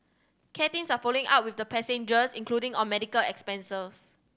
care teams are following up with the passengers including on medical expenses